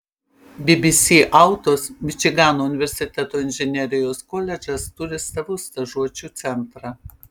bbc autos mičigano universiteto inžinerijos koledžas turi savo stažuočių centrą